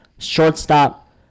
Shortstop